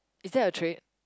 is that a trait